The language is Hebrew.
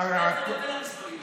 אז איך אתה מסביר שמעל מיליון ילדים,